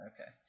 Okay